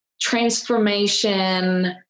transformation